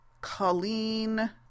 Colleen